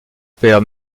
père